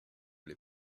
les